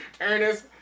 Ernest